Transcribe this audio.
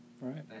Right